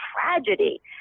tragedy